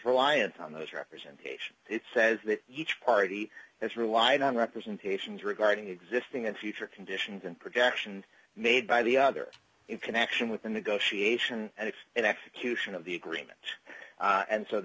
reliant on those representation it says that each party has relied on representations regarding existing and future conditions and production made by the other in connection with the negotiation and if that execution of the agreement and so the